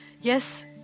Yes